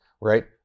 right